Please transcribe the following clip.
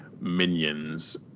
minions